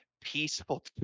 peaceful